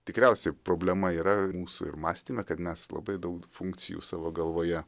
tikriausiai problema yra mūsų ir mąstyme kad mes labai daug funkcijų savo galvoje